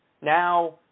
Now